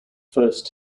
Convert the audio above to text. first